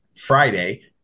friday